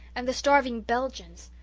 and the starving belgians!